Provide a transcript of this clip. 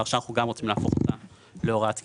ועכשיו אנחנו רוצים להפוך אותה להוראת קבע.